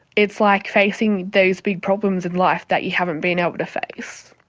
it's like facing those big problems in life that you haven't been able to face.